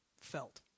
felt